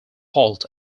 halt